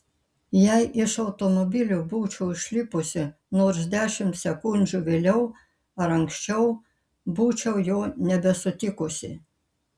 jei iš automobilio būčiau išlipusi nors dešimt sekundžių vėliau ar anksčiau būčiau jo nebesutikusi